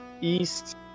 east